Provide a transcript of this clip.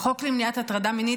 החוק למניעת הטרדה מינית,